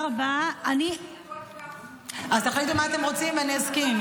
--- אז תחליטו מה אתם רוצים, ואני אסכים.